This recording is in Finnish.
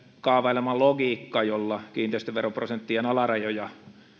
kaavailema logiikka jolla kiinteistöveroprosenttien alarajoja